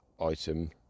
item